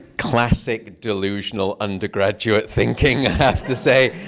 classic delusional under-graduate thinking, i have to say.